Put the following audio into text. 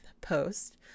post